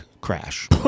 crash